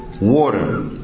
water